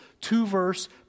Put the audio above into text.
two-verse